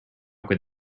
could